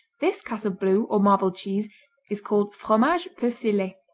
this class of blue or marbled cheese is called fromage persille,